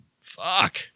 Fuck